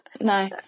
No